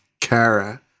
Kara